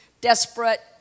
desperate